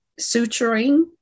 suturing